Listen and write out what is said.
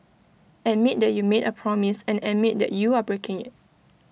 admit that you made A promise and admit that you are breaking IT